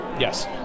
Yes